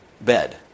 bed